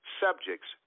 subjects